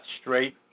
straight